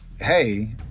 hey